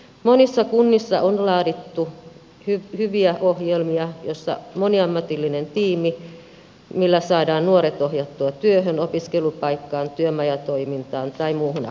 monissa kunnissa on laadittu hyviä ohjelmia joissa moniammatillisella tiimillä saadaan nuoret ohjattua työhön opiskelupaikkaan työpajatoimintaan tai muuhun aktiviteettiin